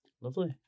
lovely